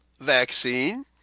vaccine